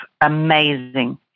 amazing